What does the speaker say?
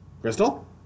Crystal